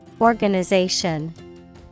Organization